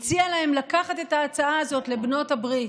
הוא הציע להם לקחת את ההצעה הזאת לבנות הברית.